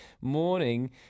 morning